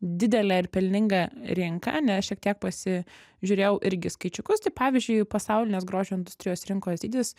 didelė ir pelninga rinka nes šiek tiek pasi žiūrėjau irgi skaičiukus tai pavyzdžiui pasaulinės grožio industrijos rinkos dydis